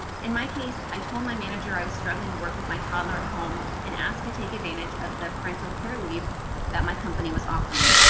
in my case, i told my manager i was struggling to work with my toddler at home and asked to take advantage of the parental care leave that my company was offering.